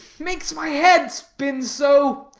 makes my head spin so.